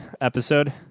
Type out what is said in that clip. episode